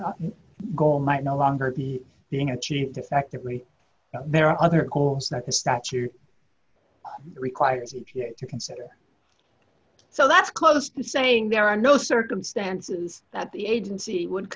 single goal might no longer be being achieved effectively there are other goals that the statute requires you to consider so that's close to saying there are no circumstances that the agency would